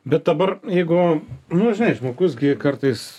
bet dabar jeigu nu žinai žmogus gi kartais